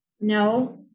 No